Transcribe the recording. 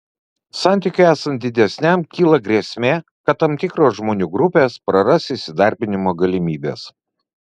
santykiui esant didesniam kyla grėsmė kad tam tikros žmonių grupės praras įsidarbinimo galimybes